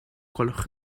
gwelwch